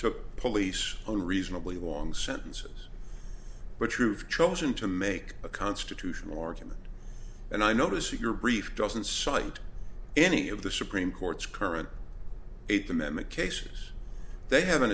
took police on reasonably long sentences but you've chosen to make a constitutional argument and i notice that your brief doesn't cite any of the supreme court's current eighth amendment cases they have